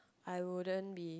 I wouldn't be